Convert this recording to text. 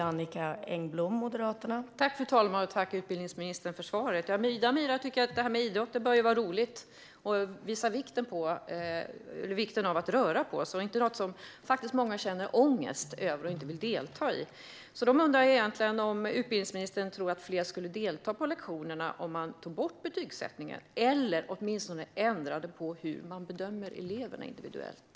Fru talman! Jag tackar utbildningsministern för svaret. Ida och Mira tycker att idrott ska vara roligt och visa på vikten av att röra på sig och inte vara något som många känner ångest över och inte vill delta i. De undrar om utbildningsministern tror att fler skulle delta på lektionerna om man tog bort betygen eller åtminstone ändrade på hur man bedömer eleverna individuellt.